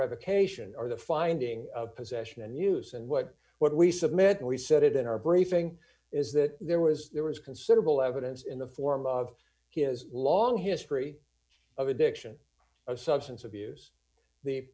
revocation or the finding of possession and use and what what we submitted we said it in our briefing is that there was there was considerable evidence in the form of his long history of addiction of substance abuse the